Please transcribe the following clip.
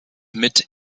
mit